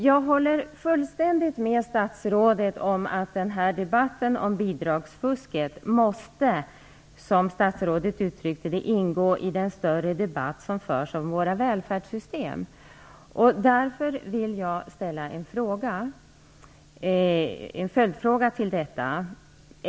Jag håller fullständigt med statsrådet om att debatten om bidragsfusket måste - som statsrådet uttryckte det - ingå i den större debatt som förs om våra välfärdssystem. Därför vill jag ställa en följdfråga.